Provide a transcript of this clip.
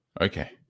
okay